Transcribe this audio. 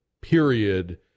period